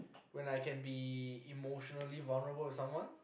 when I can be emotional vulnerable with someone